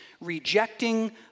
rejecting